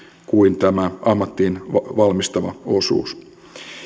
kuin tämä ammattiin valmistava osuus